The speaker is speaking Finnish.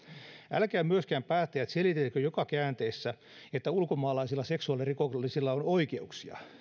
älkää myöskään päättäjät selitelkö joka käänteessä että ulkomaalaisilla seksuaalirikollisilla on oikeuksia